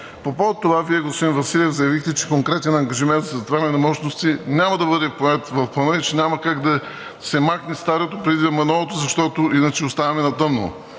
По повод това Вие, господин Василев, заявихте, че конкретен ангажимент със затваряне на мощности няма да бъде поет в Плана и че няма как да се махне старото преди да има новото, защото иначе оставаме на тъмно,